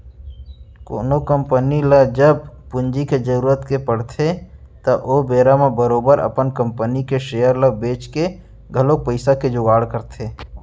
कोनो कंपनी ल जब पूंजी के जरुरत के पड़थे त ओ बेरा म बरोबर अपन कंपनी के सेयर ल बेंच के घलौक पइसा के जुगाड़ करथे